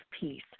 peace